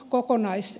kokonais